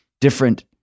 different